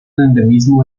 endemismo